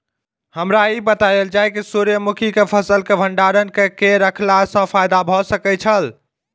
हमरा ई बतायल जाए जे सूर्य मुखी केय फसल केय भंडारण केय के रखला सं फायदा भ सकेय छल?